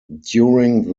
during